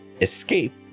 escape